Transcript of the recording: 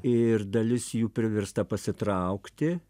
ir dalis jų priversta pasitraukti